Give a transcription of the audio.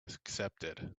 accepted